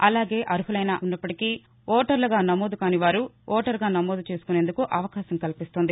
అలాగే అర్హులై ఉన్నప్పటికీ ఓటర్లుగా నమోదు కాని వారు ఓటరుగా నమోదు చేసుకునేందుకు అవకాశం కల్పిస్తోంది